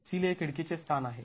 seal हे खिडकीचे स्थान आहे